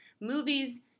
movies